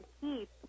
keep